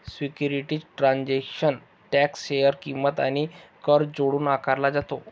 securities transaction tax share किंमत आणि कर जोडून आकारला जातो